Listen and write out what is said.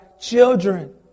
children